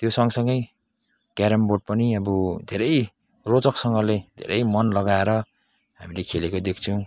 त्यो सँग सँगै क्यारमबोर्ड पनि अब धेरै रोचकसँगले धेरै मन लगाएर हामीले खेलेको देख्छौँ